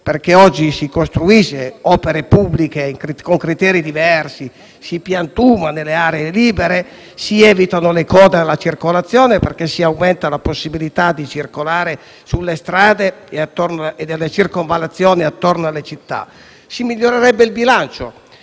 perché oggi si costruiscono opere pubbliche con criteri diversi, si piantuma nelle aree libere, si evitano le code alla circolazione, aumentando la possibilità di circolare sulle strade e nelle circonvallazioni attorno alle città. Si migliorerebbe inoltre il bilancio,